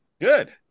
Good